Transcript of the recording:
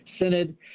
Synod